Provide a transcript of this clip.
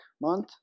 month